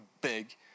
big